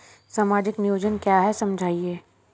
सामाजिक नियोजन क्या है समझाइए?